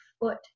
foot